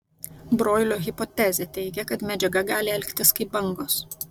broilio hipotezė teigia kad medžiaga gali elgtis kaip bangos